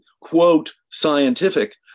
quote-scientific